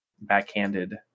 backhanded